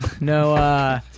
No